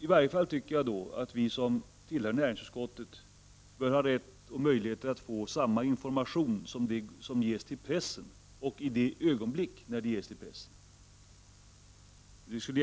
Därför anser jag att vi som tillhör näringsutskottet bör ha rätt och möjlighet att få samma information vid samma tidpunkt som den som ges till pressen.